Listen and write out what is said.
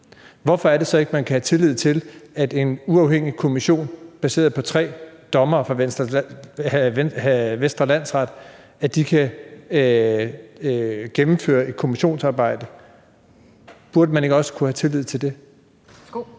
Hvorfor er det så, man ikke kan have tillid til, at en uafhængig kommission baseret på tre dommere fra Vestre Landsret kan gennemføre et kommissionsarbejde? Burde man ikke også kunne have tillid til det?